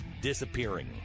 disappearing